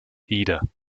eder